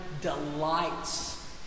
delights